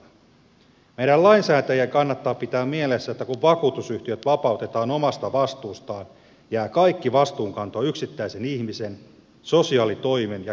meidän lainsäätäjien kannattaa pitää mielessä että kun vakuutusyhtiöt vapautetaan omasta vastuustaan jää kaikki vastuunkanto yksittäisen ihmisen sosiaalitoimen ja kelan harteille